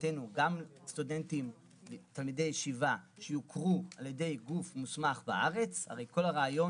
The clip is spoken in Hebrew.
להבנתנו גם תלמידי ישיבה שיוכרו על ידי גוף מוסמך בארץ הרי כל הרעיון,